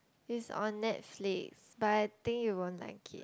it's on Netflix but I think you won't like it